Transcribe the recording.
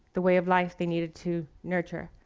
the way of life they needed to nurture.